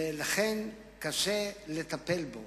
ולכן קשה לטפל בו,